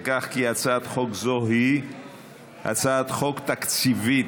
לכך שהצעת חוק זו היא הצעת חוק תקציבית